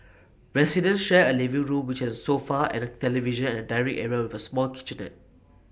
residents share A living room which has A sofa and A television and A dining area with A small kitchenette